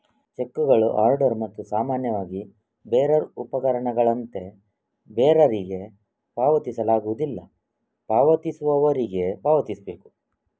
ಚೆಕ್ಕುಗಳು ಆರ್ಡರ್ ಮತ್ತು ಸಾಮಾನ್ಯವಾಗಿ ಬೇರರ್ ಉಪಪಕರಣಗಳಂತೆ ಬೇರರಿಗೆ ಪಾವತಿಸಲಾಗುವುದಿಲ್ಲ, ಪಾವತಿಸುವವರಿಗೆ ಪಾವತಿಸಬೇಕು